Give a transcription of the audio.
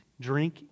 drink